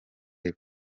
epfo